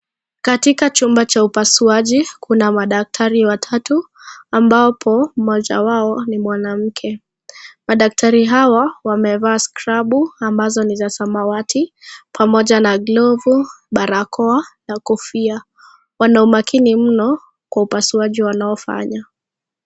Katika chumba cha upasuaji, kuna madaktari watatu, ambapo, mmoja wao ni mwanamke. Madaktari hawa, wamevaa scrubu ambazo ni za samawati, pamoja na glovu, barakoa na kofia. Wana umakini mno kwa upasuaji wanafanya.